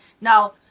Now